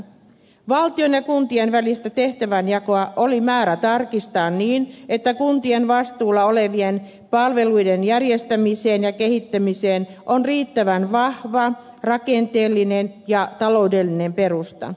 valtion ja kuntien välistä tehtävänjakoa oli määrä tarkistaa niin että kuntien vastuulla olevien palvelujen järjestämiseen ja kehittämiseen on riittävän vahva rakenteellinen ja taloudellinen perusta